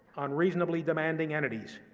unreasonably demanding entities,